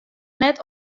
net